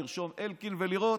לרשום אלקין ולראות.